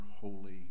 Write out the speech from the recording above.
holy